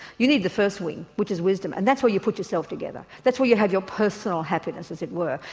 you need the first wing which is wisdom and that's where you put yourself together, that's where you have your personal happiness as it were.